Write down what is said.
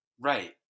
right